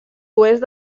oest